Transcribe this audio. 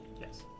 Yes